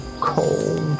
cold